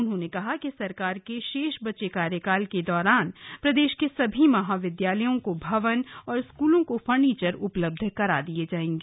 उन्होंने कहा कि सरकार के शेष बचे कार्यकाल के दौरान प्रदेश के सभी महाविद्यालयों को भवन और स्कूलों को फर्नीचर उपलब्ध करा दिए जाएंगे